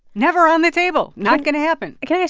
never on the table. not going to happen can i